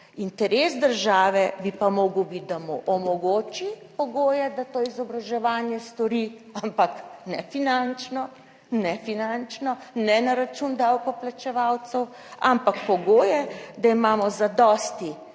Interes države bi pa mogel biti, da mu omogoči pogoje, da to izobraževanje stori, ampak ne finančno, ne na račun davkoplačevalcev, ampak pogoje, da imamo zadosti